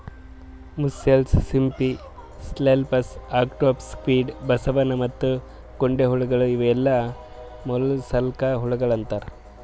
mussels, ಸಿಂಪಿ, scallops, octopi, squid, ಬಸವನ ಮತ್ತ ಗೊಂಡೆಹುಳಗೊಳ್ ಇವು ಎಲ್ಲಾ ಮೊಲಸ್ಕಾ ಹುಳಗೊಳ್ ಅಂತಾರ್